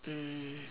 mm